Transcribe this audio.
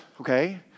okay